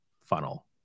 funnel